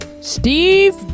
Steve